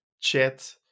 chat